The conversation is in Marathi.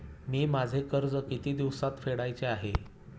मी माझे कर्ज किती दिवसांत फेडायचे आहे?